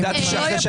שלא יהיה פה ספק.